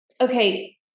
Okay